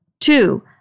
Two